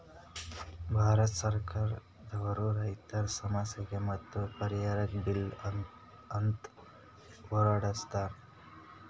ಭಾರತ್ ಸರ್ಕಾರ್ ದವ್ರು ರೈತರ್ ಸಮಸ್ಯೆಗ್ ಮತ್ತ್ ಪರಿಹಾರಕ್ಕ್ ಬಿಲ್ ಅಂತ್ ಹೊರಡಸ್ತಾರ್